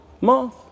month